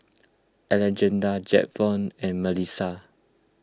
Angella Jaxon and Melissa